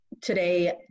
today